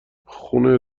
خونه